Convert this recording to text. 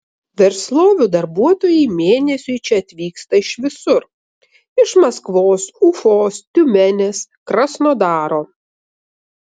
verslovių darbuotojai mėnesiui čia atvyksta iš visur iš maskvos ufos tiumenės krasnodaro